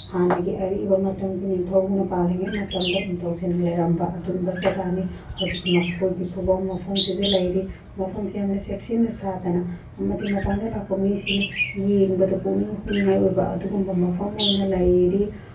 ꯍꯥꯟꯅꯒꯤ ꯑꯔꯤꯕ ꯃꯇꯝꯒꯤ ꯅꯤꯡꯊꯧꯅ ꯄꯥꯜꯂꯤꯉꯩ ꯃꯇꯝꯗ ꯅꯤꯡꯊꯧꯁꯤꯡꯅ ꯂꯩꯔꯝꯕ ꯑꯗꯨꯝꯕ ꯖꯒꯥꯅꯤ ꯍꯧꯖꯤꯛ ꯃꯈꯣꯏꯒꯤ ꯈꯨꯕꯝ ꯃꯐꯝꯁꯤꯗ ꯂꯩꯔꯤ ꯃꯐꯝꯁꯤ ꯌꯥꯝꯅ ꯆꯦꯛꯁꯤꯟꯅ ꯁꯥꯗꯅ ꯑꯃꯗꯤ ꯃꯄꯥꯟꯗꯒꯤ ꯂꯥꯛꯄ ꯃꯤꯁꯤꯡꯅ ꯌꯦꯡꯕꯗ ꯄꯨꯛꯅꯤꯡ ꯍꯨꯅꯤꯉꯥꯏ ꯑꯣꯏꯕ ꯑꯗꯨꯒꯨꯝꯕ ꯃꯐꯝ ꯑꯣꯏꯅ ꯂꯩꯔꯤ